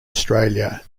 australia